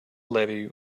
levee